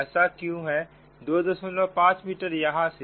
ऐसा क्यों है 25 मीटर यहां से